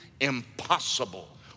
impossible